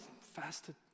fasted